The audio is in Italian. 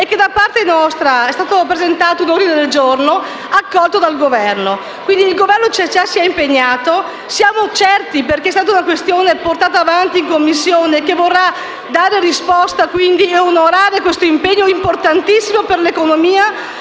e che da parte nostra è stato presentato un ordine del giorno accolto dal Governo. Quindi il Governo si è già impegnato e siamo certi, perché è stata una questione portata avanti in Commissione, che vorrà dare risposta ed onorare questo impegno importantissimo per l'economia,